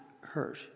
hurt